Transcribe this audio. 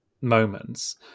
moments